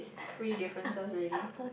three differences already